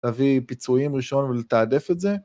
‫להביא פיצויים ראשון ולתעדף את זה.